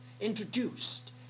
introduced